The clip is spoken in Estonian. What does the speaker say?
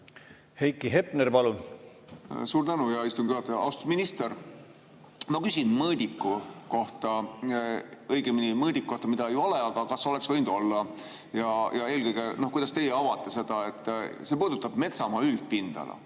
Heiki Hepner, palun! Suur tänu, hea istungi juhataja! Austatud minister! Ma küsin mõõdiku kohta, õigemini mõõdiku kohta, mida ei ole, aga kas oleks võinud olla, ja eelkõige, kuidas teie avate seda. See puudutab metsamaa üldpindala.